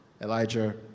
elijah